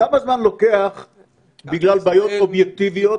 כמה זמן לוקח בגלל בעיות אובייקטיביות,